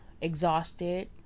exhausted